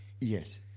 Yes